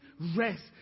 Rest